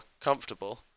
comfortable